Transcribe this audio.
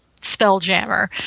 Spelljammer